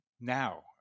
now